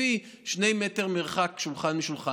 לפי מרחק של שני מטר בין שולחן לשולחן,